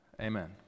Amen